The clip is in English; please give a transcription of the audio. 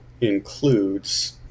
includes